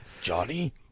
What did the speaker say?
Johnny